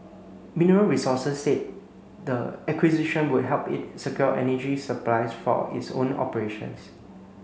Mineral Resources said the acquisition would help it secure energy supplies for its own operations